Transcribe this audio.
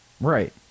Right